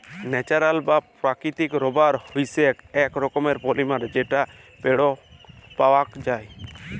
natural বা প্রাকৃতিক rubber হইসেক এক রকমের পলিমার যেটা পেড় পাওয়াক যায়